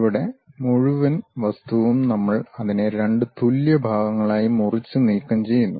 ഇവിടെ മുഴുവൻ വസ്തുവും നമ്മൾ അതിനെ രണ്ട് തുല്യ ഭാഗങ്ങളായി മുറിച്ച് നീക്കംചെയ്യുന്നു